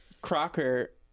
Crocker